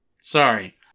Sorry